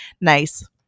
nice